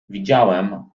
widziałem